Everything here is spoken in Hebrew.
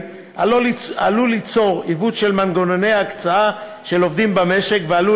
עלול ליצור עיוות של מנגנוני ההקצאה של עובדים במשק ועלול